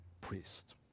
priest